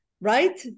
Right